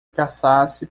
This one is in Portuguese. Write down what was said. passasse